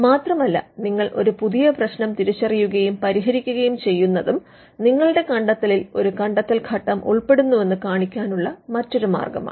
മാത്രമല്ല നിങ്ങൾ ഒരു പുതിയ പ്രശ്നം തിരിച്ചറിയുകയും പരിഹരിക്കുകയും ചെയ്യുന്നതും നിങ്ങളുടെ കണ്ടെത്തലിൽ ഒരു കണ്ടെത്തൽഘട്ടം ഉൾപ്പെടുന്നുവെന്ന് കാണിക്കാനുള്ള മറ്റൊരു മാർഗ്ഗമാണ്